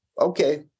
okay